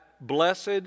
blessed